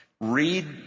Read